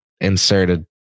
inserted